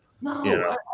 No